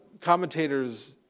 commentators